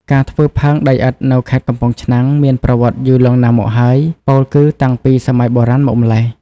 ការធ្វើផើងដីឥដ្ឋនៅខេត្តកំពង់ឆ្នាំងមានប្រវត្តិយូរលង់ណាស់មកហើយ ពោលគឺតាំងពីសម័យបុរាណមកម្ល៉េះ។